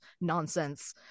nonsense